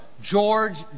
George